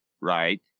Right